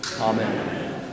Amen